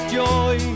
joy